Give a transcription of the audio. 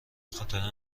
خاطر